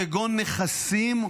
כגון נכסים,